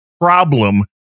problem